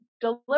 deliver